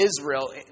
Israel